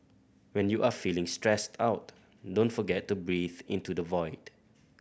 when you are feeling stressed out don't forget to breathe into the void